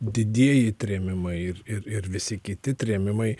didieji trėmimai ir ir ir visi kiti trėmimai